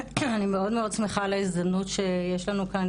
אני מאוד מאוד שמחה על ההזדמנות שיש לנו כאן,